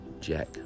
Jack